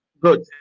Good